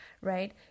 right